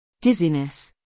dizziness